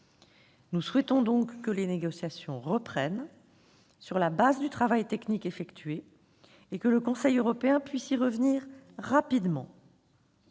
Nous souhaitons donc que les négociations reprennent sur la base du travail technique accompli et que le Conseil européen puisse y revenir rapidement.